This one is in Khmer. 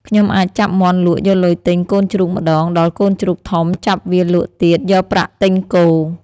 ខ្ញុំអាចចាប់មាន់លក់យកលុយទិញកូនជ្រូកម្តង ដល់កូនជ្រូកធំចាប់វាលក់ទៀតយកប្រាក់ទិញគោ...។